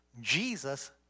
Jesus